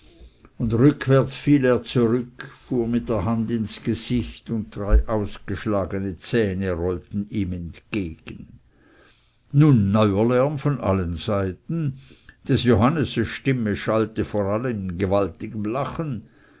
und rückwärts fiel er zurück fuhr mit der hand ins gesicht und drei ausgeschlagene zähne rollten ihm entgegen nun neuer lärm von allen seiten des johannese stimme schallte vor allen in gewaltigem lachen